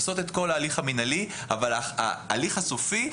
עושות את כל ההליך המנהלי אבל ההליך הסופי,